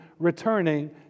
returning